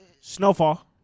Snowfall